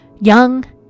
young